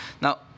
Now